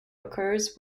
occurs